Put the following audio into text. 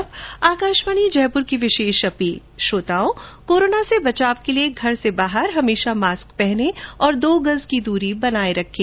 और अब आकाशवाणी जयपुर की विशेष अपील श्रोताओं कोरोना से बचाव के लिए घर से बाहर हमेशा मास्क पहनें और दो गज की दूरी बनाए रखें